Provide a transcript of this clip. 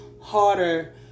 harder